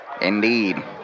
Indeed